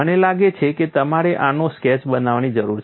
મને લાગે છે કે તમારે આનો સ્કેચ બનાવવાની જરૂર છે